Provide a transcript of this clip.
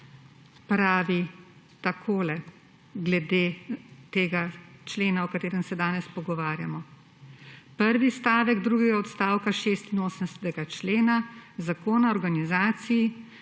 pravi takole glede tega člena, o katerem se danes pogovarjamo: »Prvi stavek drugega odstavka 86. člena Zakon o organizaciji